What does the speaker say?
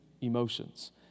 emotions